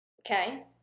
Okay